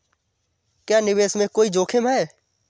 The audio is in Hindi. क्या निवेश में कोई जोखिम है?